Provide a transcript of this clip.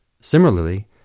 Similarly